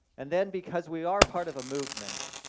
and then because we are part of a movement,